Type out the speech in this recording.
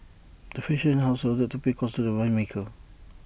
the fashion house was ordered to pay costs to the winemaker